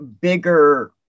bigger